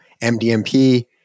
MDMP